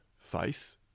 faith